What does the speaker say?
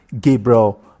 Gabriel